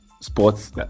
sports